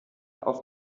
auf